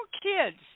kids